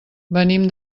venim